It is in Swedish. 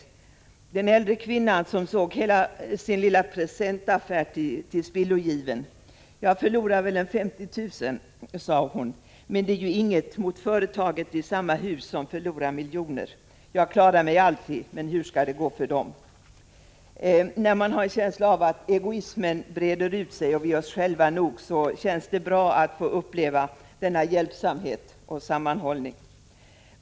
Jag tänker t.ex. på den äldre kvinnan som såg hela sin lilla presentaffär tillspillogiven. Jag förlorar väl 50 000, sade hon, men det är ju inget mot företaget i samma hus som förlorar miljoner. Jag klarar mig alltid, men hur skall det gå för dem? När man har en känsla av att egoismen breder ut sig och att vi är oss själva nog, kändes det bra att få uppleva denna hjälpsamhet och sammanhållning.